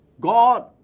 God